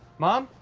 mom?